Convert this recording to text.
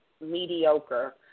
mediocre